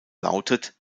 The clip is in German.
lautet